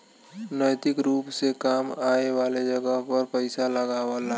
नैतिक रुप से काम आए वाले जगह पर पइसा लगावला